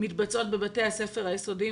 מתבצעות בבתי הספר היסודיים,